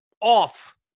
off